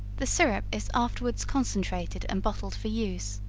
the syrup is afterwards concentrated and bottled for use.